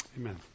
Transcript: amen